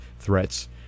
Threats